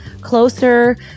closer